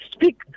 Speak